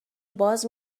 باز